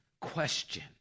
question